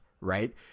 Right